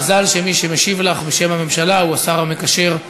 מזל שמי שמשיב לך בשם הממשלה הוא השר המקשר,